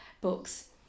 books